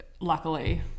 luckily